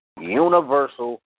Universal